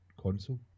console